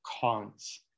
cons